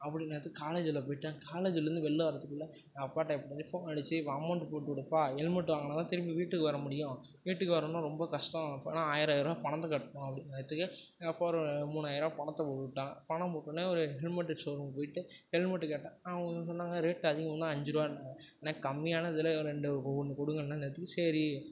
அப்படினதுக்கு காலேஜில் போய்விட்டேன் காலேஜ்லேந்து வெள்ல வரதுக்குள்ளே எங்கள் அப்பாகிட்ட ஃபோன் அடிச்சு அமௌண்ட் போட்டு விடுப்பா ஹெல்மெட் வாங்கினாதான் திரும்பி வீட்டுக்கு வர முடியும் வீட்டுக்கு வரதுன்னால் ரொம்ப கஷ்டம் அப்படி இல்லைனா ஆயர ஆயர ரூவா பணத்தை கட்டணும் அப்படின்னதுக்கு எங்கள் அப்பா ஒரு மூணாயர ரூவா பணத்தை போட்டுவிட்டாங்க பணம் போட்டோடன்னே ஒரு ஹெல்மெட்டு ஷோரூம் போயிவிட்டு ஹெல்மெட்டு கேட்டேன் அவங்க சொன்னாங்க ரேட் அதிகம்னால் அஞ்சு ரூவான்னாங்க அண்ணா கம்மியானதில் ரெண்டு ஒன்னு கொடுங்கண்ணனதுக்கு சரி